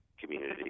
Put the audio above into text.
community